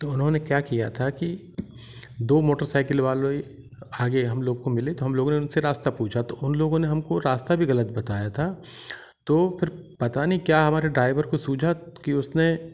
तो उन्होंने क्या किया था की दो मोटर सैकिल वालों कि आगे हम लोग को मिले तो हम लोगों ने उनसे रास्ता पूछा तो उन लोगों ने हमको रास्ता भी गलत बताया था तो फिर पता नहीं क्या हमारे ड्राइभर तो को सुझा कि उसने